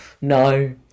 no